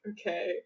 okay